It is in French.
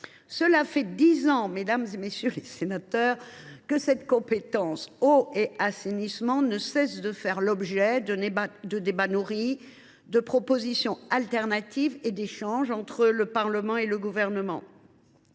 Cela fait dix ans, mesdames, messieurs les sénateurs, que les compétences « eau » et « assainissement » ne cessent de faire l’objet de débats nourris, de propositions alternatives et d’échanges entre le Parlement et les gouvernements